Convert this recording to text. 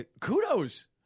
kudos